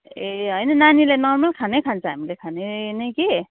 ए होइन नानीले नर्मल खानै खान्छ हामीले खाने नै कि